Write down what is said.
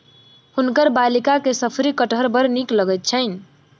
हुनकर बालिका के शफरी कटहर बड़ नीक लगैत छैन